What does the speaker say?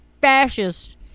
fascists